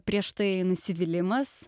prieš tai nusivylimas